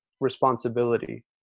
responsibility